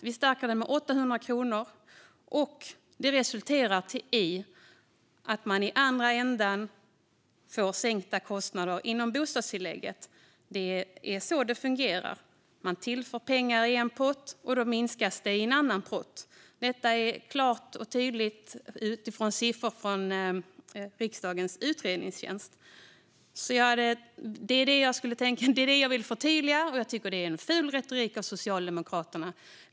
Vi stärker garantipensionen med 800 kronor. Det resulterar i att man i andra ändan får sänkta kostnader inom bostadstillägget. Det är så det fungerar. Man tillför pengar i en pott, och då minskas det i en annan pott. Detta är klart och tydligt utifrån siffror från riksdagens utredningstjänst. Det är vad jag vill förtydliga. Jag tycker att det är en ful retorik av Socialdemokraterna.